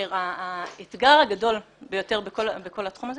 כאשר האתגר הגדול בכל התחום הזה